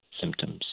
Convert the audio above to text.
symptoms